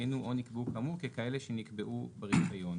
עודכנו או נקבעו כאמור, ככאלה שנקבעו ברישיון.